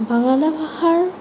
বাংলা ভাষাৰ